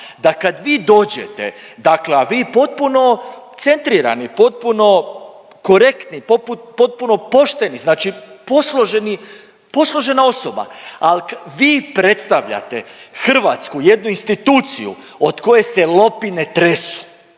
da kad vi dođete, dakle, a vi potpuno centrirani, potpuno korektni, potpuno pošteni, znači posloženi, posložena osoba, ali vi predstavljate Hrvatsku, jednu instituciju od koje se lopine tresu.